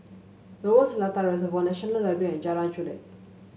Lower Seletar Reservoir National Library and Jalan Chulek